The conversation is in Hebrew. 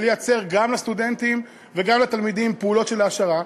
ולייצר גם לסטודנטים וגם לתלמידים פעולות של העשרה,